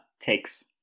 takes